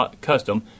custom